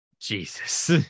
Jesus